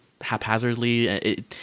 haphazardly